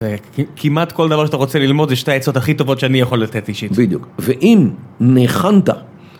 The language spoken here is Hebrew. כמעט כל דבר שאתה רוצה ללמוד זה שתי העצות הכי טובות שאני יכול לתת אישית. בדיוק. ואם ניחנת...